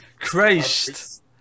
Christ